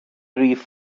rif